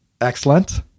Excellent